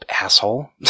asshole